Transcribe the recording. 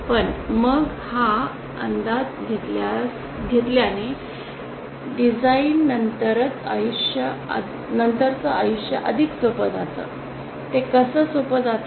पण मग हा अंदाज घेतल्याने डिझायनरचं आयुष्य अधिक सोपं जातं ते कसं सोपं जातं